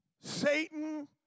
Satan